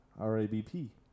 R-A-B-P